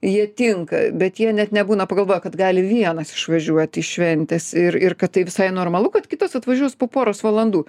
jie tinka bet jie net nebūna pagalvoję kad gali vienas išvažiuoti iš šventės ir ir kad tai visai normalu kad kitas atvažiuos po poros valandų